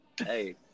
hey